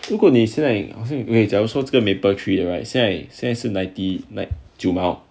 如果你现在假如说这个 mapletree right 现在是 ninety ninety 九毛